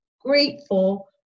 grateful